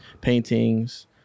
paintings